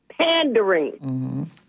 pandering